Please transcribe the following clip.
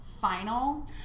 final